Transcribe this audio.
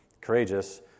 courageous